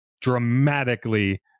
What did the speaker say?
dramatically